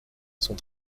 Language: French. son